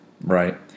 Right